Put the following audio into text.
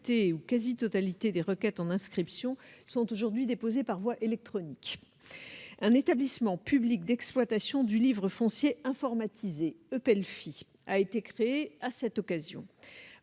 et que la quasi-totalité des requêtes en inscription est aujourd'hui déposée par voie électronique. Un établissement public d'exploitation du livre foncier informatisé, l'EPELFI, a été créé à cette occasion.